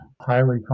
highly